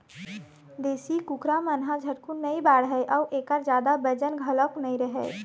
देशी कुकरा मन ह झटकुन नइ बाढ़य अउ एखर जादा बजन घलोक नइ रहय